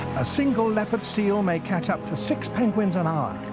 a single leopard-seal may catch up to six penguins an hour.